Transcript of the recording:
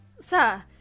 Sir